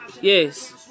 yes